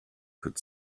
could